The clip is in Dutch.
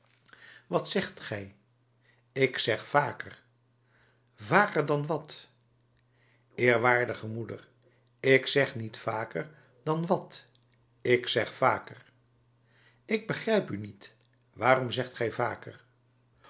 wat zegt gij ik zeg vaker vaker dan wat eerwaardige moeder ik zeg niet vaker dan wat ik zeg vaker ik begrijp u niet waarom zegt gij vaker